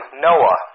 Noah